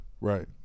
Right